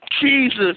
Jesus